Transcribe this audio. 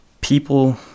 people